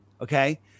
Okay